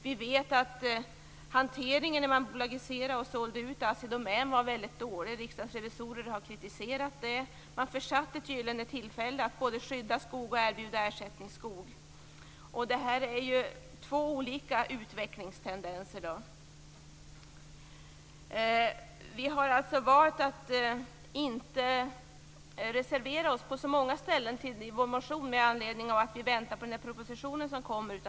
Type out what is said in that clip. Vi vet att hanteringen när man bolagiserade och sålde ut Assi Domän var väldigt dålig. Riksdagens revisorer har kritiserat detta. Man försatte tydligen ett tillfälle att både skydda skog och att erbjuda ersättningsskog. Detta är alltså två olika utvecklingstendenser. Vi har valt att inte reservera oss på så många ställen i vår motion med anledning av att vi väntar på propositionen som kommer.